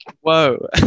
Whoa